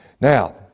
Now